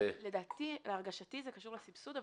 להרגשתי זה קשור לסבסוד,